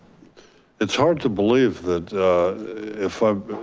it's hard to believe that if i'm